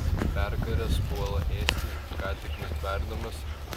perkaręs puola ėsti ką tik nutverdamas